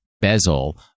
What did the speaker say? Bezel